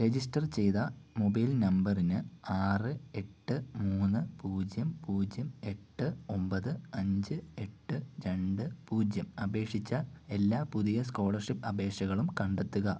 register ചെയ്ത mobile നമ്പറിന് ആറ് എട്ട് മൂന്ന് പൂജ്യം പൂജ്യം എട്ട് ഒമ്പത് അഞ്ച് എട്ട് രണ്ട് പൂജ്യം അപേക്ഷിച്ച എല്ലാ പുതിയ സ്കോളർഷിപ്പ് അപേക്ഷകളും കണ്ടെത്തുക